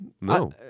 No